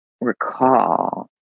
recall